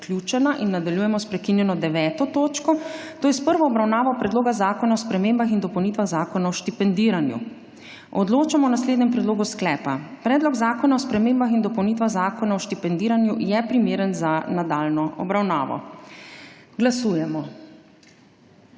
Nadaljujemo s prekinjeno 9. točko dnevnega reda, to je s prvo obravnavo Predloga zakona o spremembah in dopolnitvah Zakona o štipendiranju. Odločamo o naslednjem predlogu sklepa: Predlog zakona o spremembah in dopolnitvah Zakona o štipendiranju je primeren za nadaljnjo obravnavo. Glasujemo.